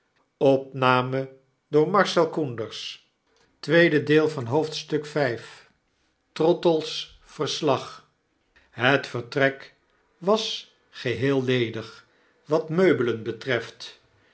zien kreeg het vertrek was geheel ledig wat meubelen betreft